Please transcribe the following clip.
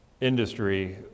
industry